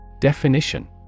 Definition